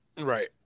Right